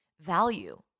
value